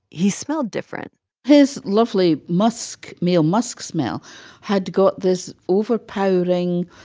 he smelled different his lovely musk male musk smell had got this overpowering